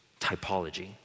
Typology